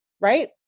right